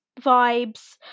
vibes